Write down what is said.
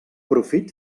profit